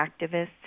activists